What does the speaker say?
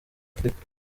afurika